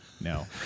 No